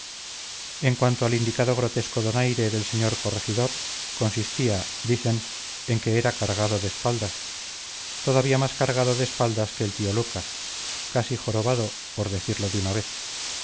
en cuanto al indicado grotesco donaire del señor corregidor consistía dicen en que era cargado de espaldas todavía más cargado de espaldas que el tío lucas casi jorobado por decirlo de una vez de